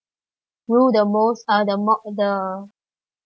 rule the most uh the mo~ the